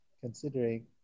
considering